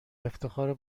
افتخار